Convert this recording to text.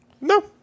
no